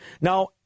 Now